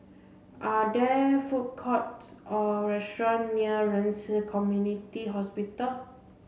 are there food courts or restaurant near Ren Ci Community Hospital